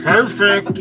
Perfect